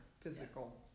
physical